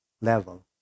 Level